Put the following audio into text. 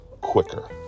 quicker